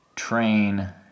Train